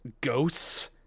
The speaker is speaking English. ghosts